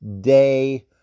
day